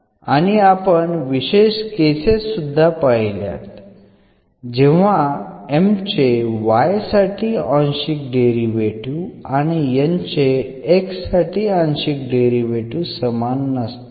आणि आपण विशेष केसेस सुद्धा पहिल्यात जेव्हा M चे y साठी आंशिक डेरिव्हेटीव्ह आणि N चे x साठी आंशिक डेरिव्हेटीव्ह समान नसतात